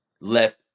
left